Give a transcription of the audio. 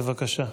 בבקשה.